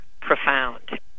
profound